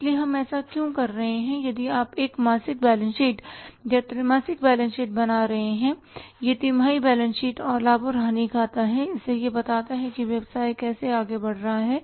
इसलिए हम ऐसा क्यों कर रहे हैं यदि आप एक मासिक बैलेंस शीट या त्रैमासिक बैलेंस शीट बना रहे हैं यह तिमाही बैलेंस शीट और लाभ और हानि खाता है हमें यह बताता है कि व्यवसाय कैसे आगे बढ़ रहा है